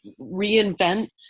reinvent